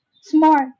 smart